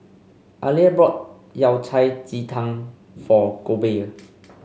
Aleah bought Yao Cai Ji Tang for Goebel